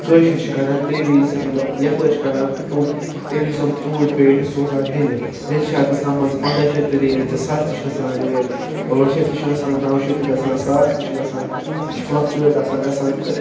کٲشِرۍ چھِ کڑان تمہِ وِزِ مطلب یپٲرۍ چھِ کڑان تمہِ وِزِ تِم ژونٛٹھۍ پیٹہِ سوزان دِلہِ دِلہِ چھِ اتھ گژھان منٛزٕ پنٛداہ شیٚتھ تہِ ریٹ زٕ ساس تہِ چھ گژھان ریٹ ٲٹھ شیٚتھ تہِ چھ گَژھان نَو شیٚتھ تہِ گژھان ساس تہِ چھُ گژھان یہِ چھُ فٕلکچُویٹ آسان گژھان تہٕ